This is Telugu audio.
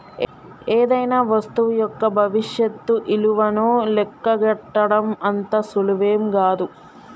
ఏదైనా వస్తువు యొక్క భవిష్యత్తు ఇలువను లెక్కగట్టడం అంత సులువేం గాదు